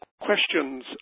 questions